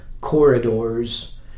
corridors